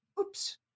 Oops